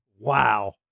Wow